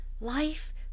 life